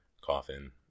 coffin